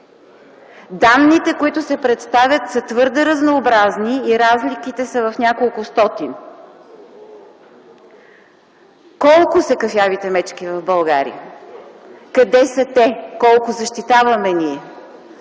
Данните, които се представят, са твърде разнообразни и разликите са в няколко стотин. Колко са кафявите мечки в България? Къде са те, колко защитаваме ние,